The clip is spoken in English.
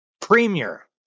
Premier